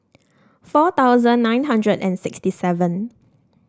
four thousand nine hundred and sixty seven